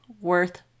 worth